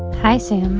hi, sam.